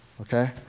Okay